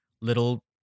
little